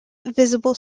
visible